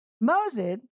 Moses